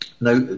now